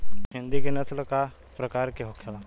हिंदी की नस्ल का प्रकार के होखे ला?